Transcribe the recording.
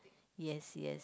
yes yes